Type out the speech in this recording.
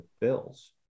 bills